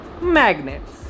magnets